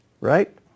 right